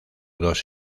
dos